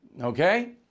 Okay